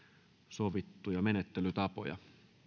sovittuja menettelytapoja